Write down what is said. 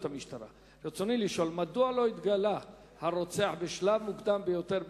רצוני לשאול: מדוע לא התגלה הרוצח בשלב מוקדם ביותר,